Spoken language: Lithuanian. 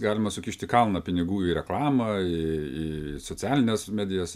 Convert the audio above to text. galima sukišti kalną pinigų į reklamą į į socialines medijas